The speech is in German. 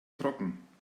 trocken